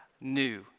new